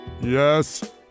Yes